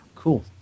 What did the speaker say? Cool